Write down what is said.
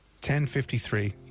10:53